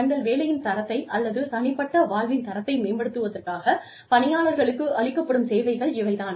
தங்கள் வேலையின் தரத்தை அல்லது தனிப்பட்ட வாழ்வின் தரத்தை மேம்படுத்துவதற்காக பணியாளர்களுக்கு அளிக்கப்படும் சேவைகள் இவை தான்